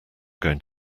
going